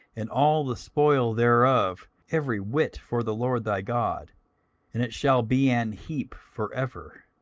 and all the spoil thereof every whit, for the lord thy god and it shall be an heap for ever